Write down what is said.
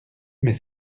mais